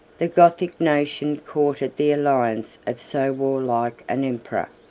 the gothic nation courted the alliance of so warlike an emperor.